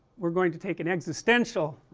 we are going to take an existential